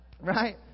right